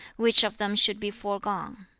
which of them should be foregone